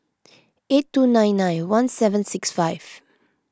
eight two nine nine one seven six five